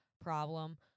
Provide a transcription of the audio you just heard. problem